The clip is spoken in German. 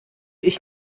ich